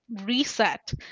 reset